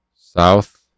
South